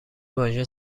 واژه